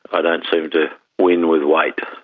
i don't seem to win with weight.